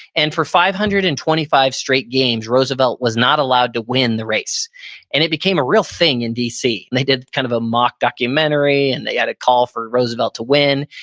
and for five hundred and twenty five straight games, roosevelt was not allowed to win the race and it became a real thing in dc. they did kind of a mock documentary and they got a call for roosevelt to win,